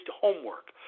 homework